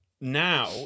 now